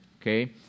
okay